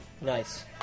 Nice